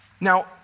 Now